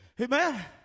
Amen